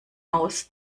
aus